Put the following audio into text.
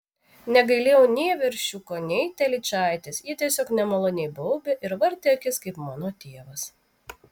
negailėjau nei veršiuko nei telyčaitės jie tiesiog nemaloniai baubė ir vartė akis kaip mano tėvas